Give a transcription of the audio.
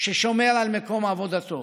ששומר על מקום עבודתו.